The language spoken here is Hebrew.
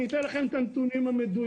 אתן לכם את הנתונים המדויקים,